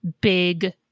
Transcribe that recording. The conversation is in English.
big